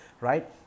right